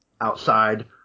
outside